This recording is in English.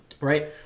Right